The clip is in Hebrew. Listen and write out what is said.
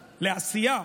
לעשייה.